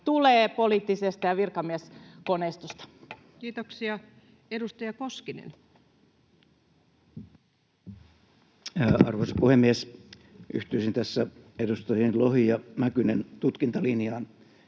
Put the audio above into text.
tulee poliittisesta ja virkamieskoneistosta? Kiitoksia. — Edustaja Koskinen. Arvoisa puhemies! Yhtyisin tässä edustajien Lohi ja Mäkynen tutkintalinjaan.